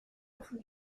rufen